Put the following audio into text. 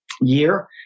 year